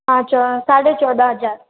हाँ साढ़े चौदह हजार